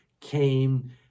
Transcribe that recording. came